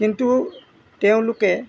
কিন্তু তেওঁলোকে